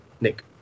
Nick